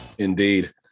Indeed